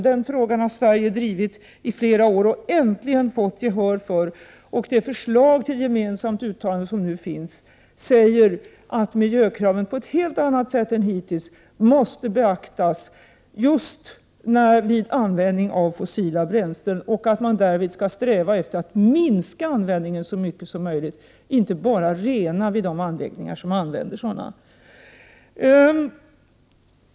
Den frågan har Sverige drivit i flera år och äntligen fått gehör för. Det förslag till gemensamt uttalande som nu finns säger att miljökraven på ett helt annat sätt än hittills måste beaktas just vid användningen av fossila bränslen, och att man därvid skall sträva efter att minska användningen så mycket som möjligt, inte bara rena vid de anläggningar som använder sådana.